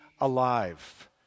alive